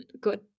good